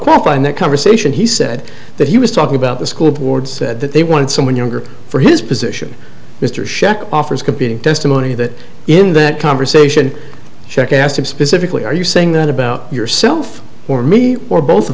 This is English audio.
in that conversation he said that he was talking about the school board said that they wanted someone younger for his position mr shek offers competing testimony that in that conversation check asked him specifically are you saying that about yourself or me or both